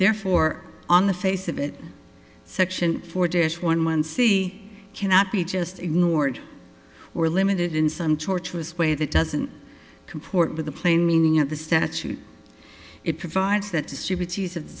therefore on the face of it section four days one month see cannot be just ignored or limited in some tortuous way that doesn't comport with the plain meaning of the statute it provides that distribute